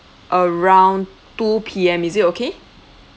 around two P_M is it okay